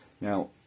Now